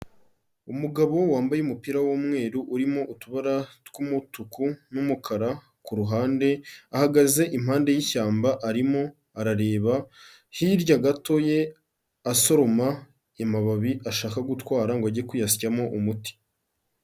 Umugabo wambaye umupira w'umweru urimo utubara tw'umutuku n'umukara ku ruhande, ahagaze impande y'ishyamba arimo arareba hirya gato ye, asoroma amababi ashaka gutwara ngo ajye kuyasyamo umuti.